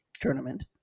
tournament